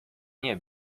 nie